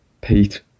Pete